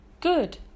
Good